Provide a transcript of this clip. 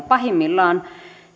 pahimmillaan